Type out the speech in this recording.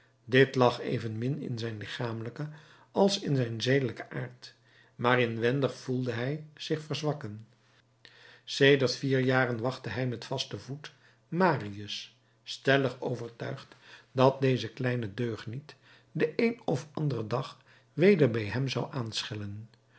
dit lag evenmin in zijn lichamelijken als in zijn zedelijken aard maar inwendig voelde hij zich verzwakken sedert vier jaren wachtte hij met vasten voet marius stellig overtuigd dat deze kleine deugniet den een of anderen dag weder bij hem zou aanschellen